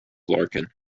larkin